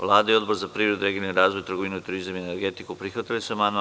Vlada i Odbor za privredu i regionalni razvoj, trgovinu, turizam i energetiku prihvatili su amandman.